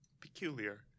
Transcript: peculiar